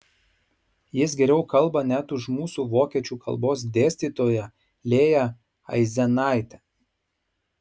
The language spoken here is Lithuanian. jis geriau kalba net už mūsų vokiečių kalbos dėstytoją lėją aizenaitę